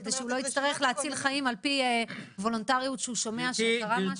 כדי שהוא לא יצטרך להציל חיים וולונטרית כשהוא שומע שקרה משהו.